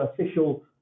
official